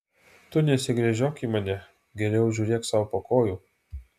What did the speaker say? tu nesigręžiok į mane geriau žiūrėk sau po kojų